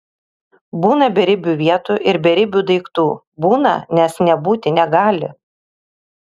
būna beribių vietų ir beribių daiktų būna nes nebūti negali